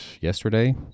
yesterday